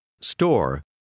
Store